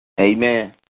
Amen